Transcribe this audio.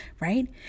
right